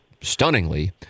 stunningly